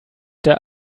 der